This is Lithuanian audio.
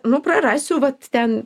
nu prarasiu vat ten